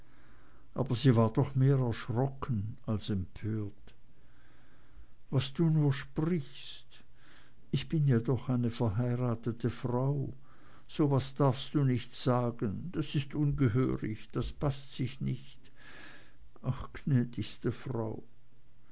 aber sie war doch mehr erschrocken als empört was du nur sprichst ich bin ja doch eine verheiratete frau so was darfst du nicht sagen das ist ungehörig das paßt sich nicht ach gnädigste frau